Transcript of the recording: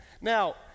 Now